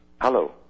Hello